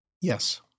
Yes